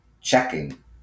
checking